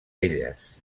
elles